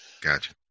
Gotcha